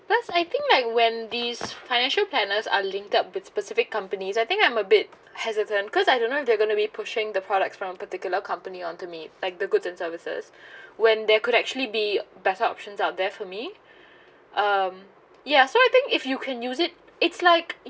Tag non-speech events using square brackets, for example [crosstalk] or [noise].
cause I think like when these financial planners are linked up with specific companies I think I'm a bit hesitant cause I don't know if they're going to be pushing the products from particular company onto me like the goods and services [breath] when there could actually be better options out there for me [breath] um yeah so I think if you can use it it's like